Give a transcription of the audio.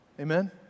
Amen